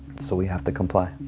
so we have to comply.